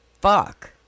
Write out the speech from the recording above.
fuck